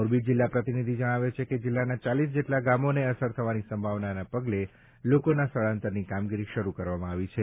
મોરબી જિલ્લા પ્રતિનિધિ જણાવે છે કે જિલ્લાના ચાલીસ જેટલા ગામોને અસર થવાની સંભાવનાના પગલે લોકોના સ્થળાંતરની કામગીરી શરૂ કરવામાં આવી છે